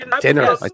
Dinner